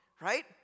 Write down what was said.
right